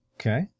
Okay